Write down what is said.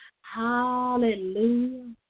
Hallelujah